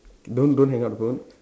don't don't hang up the phone